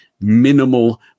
minimal